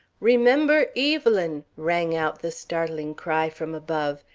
remember evelyn! rang out the startling cry from above,